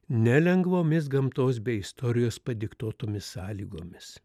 nelengvomis gamtos bei istorijos padiktuotomis sąlygomis